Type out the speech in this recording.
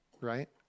Right